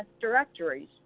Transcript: directories